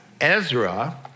Ezra